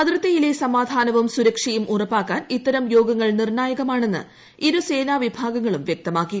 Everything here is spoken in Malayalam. അതിർത്തിയിലെ സമാധാനവും സുരക്ഷയും ഉറപ്പാക്കാൻ ഇത്തരം യോഗങ്ങൾ നിർണായകമാണെന്ന് ഇരു സേനാ വിഭാഗങ്ങളും വ്യക്തമാക്കി